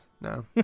No